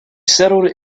settled